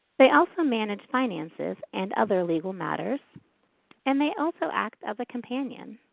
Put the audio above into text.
they also manage finances and other legal matters and they also act as a companion.